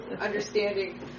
understanding